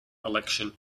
election